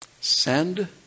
Send